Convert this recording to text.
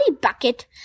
Bucket